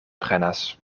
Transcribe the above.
prenas